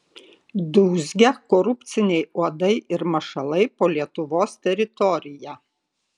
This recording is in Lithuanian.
dūzgia korupciniai uodai ir mašalai po lietuvos teritoriją